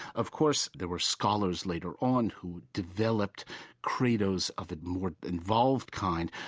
of course, there were scholars later on who developed credos of a more involved kind,